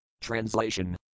Translation